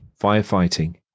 firefighting